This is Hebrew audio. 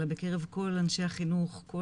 אלא בקרב כל אנשי החינוך,